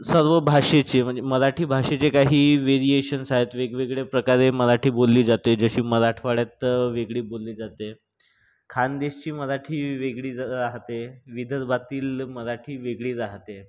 सर्व भाषेचे म्हणजे मराठी भाषेचे जे काही व्हेरिएशन्स आहेत वेगवेगळ्या प्रकारे मराठी बोलली जाते जशी मराठवाड्यात वेगळी बोलली जाते खानदेशची मराठी वेगळीच राहते विदर्भातील मराठी वेगळी राहते